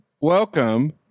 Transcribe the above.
welcome